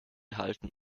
gehalten